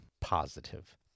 positive